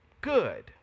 good